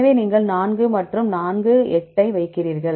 எனவே நீங்கள் 4 மற்றும் 4 8 ஐ வைக்கிறீர்கள்